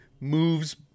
moves